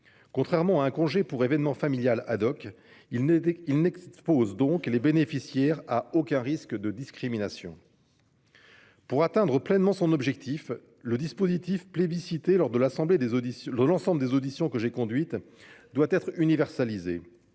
Contrairement à un congé pour événement familial, il n'expose donc les bénéficiaires à aucun risque de discrimination. Pour atteindre pleinement son objectif, le dispositif, plébiscité lors de l'ensemble des auditions que j'ai conduites, doit être universalisé.